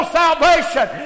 salvation